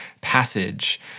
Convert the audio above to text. passage